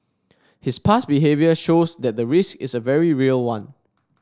his past behaviour shows that the risk is a very real one